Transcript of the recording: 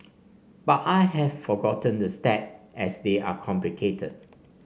but I have forgotten the step as they are complicated